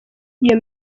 iyo